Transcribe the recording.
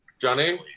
Johnny